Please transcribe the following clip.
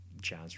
Jazz